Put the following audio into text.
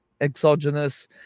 exogenous